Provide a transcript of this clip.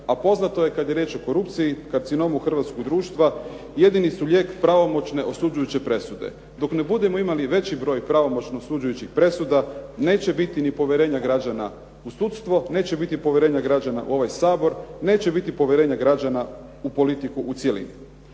A poznato je kada je riječ o korupciji, karcinomu hrvatskoga društva, jedini su lijek pravomoćne osuđujuće presude. Dok ne budemo imali veći broj pravomoćno osuđujućih presuda, neće biti ni povjerenja građana u sudstvo, neće biti povjerenja građana u ovaj Sabor, neće biti povjerenja građana u politiku u cjelini.